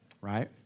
Right